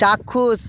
চাক্ষুষ